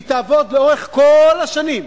היא תעבוד לאורך כל השנים,